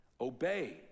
obey